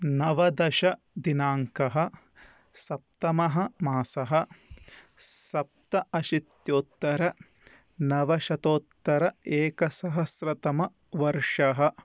नवदशदिनाङ्कः सप्तमः मासः सप्ताशीत्योत्तरनवशतोत्तर एकसहस्रतमवर्षः